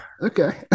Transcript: Okay